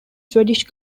swedish